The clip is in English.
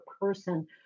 person